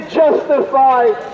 justified